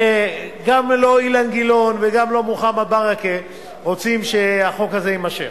לא אילן גילאון וגם לא מוחמד ברכה רוצים שהחוק הזה יימשך,